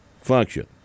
function